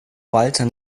walther